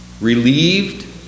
relieved